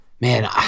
Man